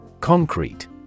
Concrete